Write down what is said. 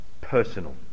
personal